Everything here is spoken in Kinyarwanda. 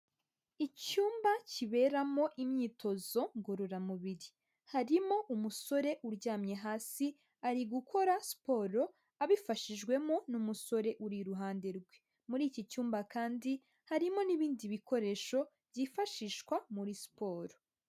Icyumba kiberamo imyitozo ngororamubiri; harimo umusore uryamye hasi, ari gukora siporo abifashijwemo n'umusore uri iruhande rwe. Muri iki cyumba kandi, harimo n'ibindi bikoresho byifashishwa muri siporo.